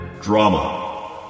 Drama